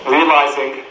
realizing